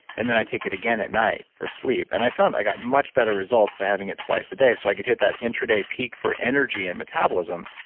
and then i take it again at night for sleep. and i found i got much better results by having it twice a day, so i could hit that intraday peak for energy and metabolism,